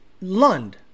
Lund